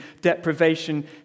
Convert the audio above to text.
deprivation